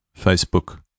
Facebook